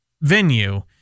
venue